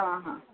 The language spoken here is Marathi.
हां हां